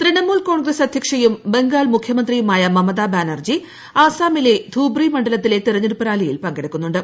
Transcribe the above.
തൃണമുൽ കോൺഗ്രസ് അധ്യക്ഷയും ബംഗാൾ മുഖ്യമന്ത്രിയുമായു മമതാ ബാനർജി അസമിലെ ധൂബ്രി മണ്ഡലത്തിലെ തെരഞ്ഞെടുപ്പ് റാലിയിൽ പങ്കെടുക്കുന്നുണ്ട്